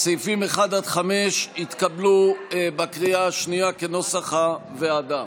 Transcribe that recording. סעיפים 1 5 התקבלו בקריאה השנייה, כנוסח הוועדה.